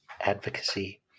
advocacy